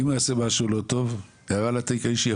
אם הוא יעשה משהו לא טוב הערה לתיק האישי,